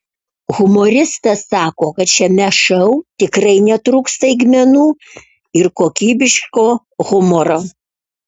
humoristas sako kad šiame šou tikrai netrūks staigmenų ir kokybiško humoro